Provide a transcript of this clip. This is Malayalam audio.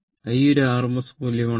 I ഒരു rms മൂല്യം ആണ്